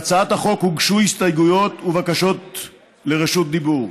להצעת החוק הוגשו הסתייגויות ובקשות לרשות דיבור.